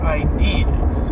ideas